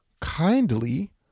kindly